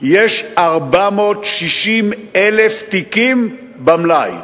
יש 460,000 תיקים במלאי,